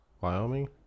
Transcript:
Wyoming